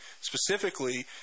specifically